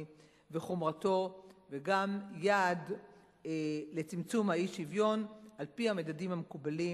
וחומרתו וגם יעד לצמצום האי-שוויון על-פי הממדים המקובלים.